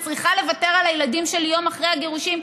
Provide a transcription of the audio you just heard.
אני צריכה לוותר על הילדים שלי יום אחרי הגירושים